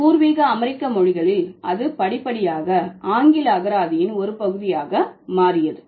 பூர்வீக அமெரிக்க மொழிகளில் அது படிப்படியாக ஆங்கில அகராதியின் ஒரு பகுதியாக மாறியது